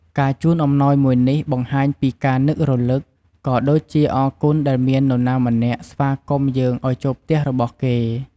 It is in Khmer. ការជូនអំណោយមួយនេះបង្ហាញពីការនឹករឭក ក៏ដូចជាអរគុណដែលមាននរណាម្នាក់ស្វាគមន៍យើងឱ្យចូលផ្ទះរបស់គេ។